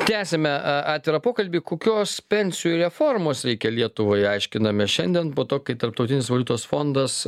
tęsiame a atvirą pokalbį kokios pensijų reformos reikia lietuvoje aiškinamės šiandien po to kai tarptautinis valiutos fondas